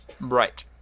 Right